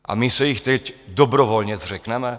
A my se jich teď dobrovolně zřekneme?